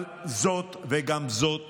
אבל זאת וגם זאת